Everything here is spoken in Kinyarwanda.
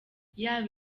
yaba